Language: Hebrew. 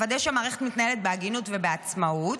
לוודא שהמערכת מתנהלת בהגינות ובעצמאות.